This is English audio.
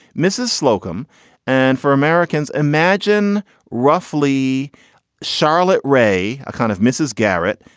mrs. slocombe and four americans imagine roughly charlotte rae, a kind of mrs. garrett,